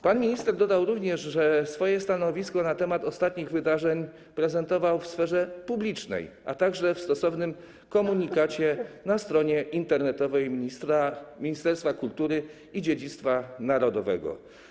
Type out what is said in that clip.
Pan minister dodał również, że swoje stanowisko na temat ostatnich wydarzeń prezentował w sferze publicznej, a także w stosownym komunikacie na stronie internetowej Ministerstwa Kultury i Dziedzictwa Narodowego.